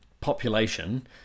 population